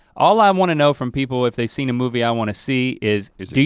all i um wanna know from people if they've seen a movie i wanna see is is it good?